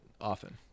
often